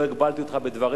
לא הגבלתי אותך בדבריך,